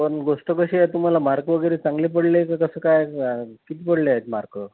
पण गोष्ट कशी आहे तुम्हाला मार्क वगैरे चांगले पडले तर तसं काय किती पडलेत मार्क